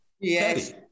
Yes